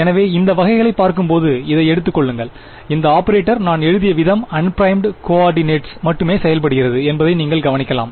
எனவே இந்த வகைகளை பார்க்கும்போது இதை எடுத்துக் கொள்ளுங்கள் இந்த ஆபரேட்டர் நான் எழுதிய விதம் அன்ப்ரைம்டு கோஆர்டினேட்டஸ் மட்டுமே செயல்படுகிறது என்பதை நீங்கள் கவனிக்கலாம்